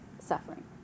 suffering